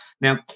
Now